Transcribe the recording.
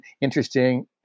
interesting